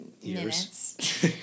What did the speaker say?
years